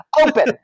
open